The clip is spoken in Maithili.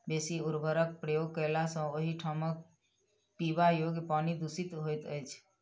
बेसी उर्वरकक प्रयोग कयला सॅ ओहि ठामक पीबा योग्य पानि दुषित होइत छै